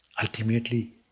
Ultimately